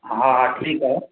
हा हा ठीकु आहे